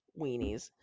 weenies